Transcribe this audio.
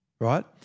Right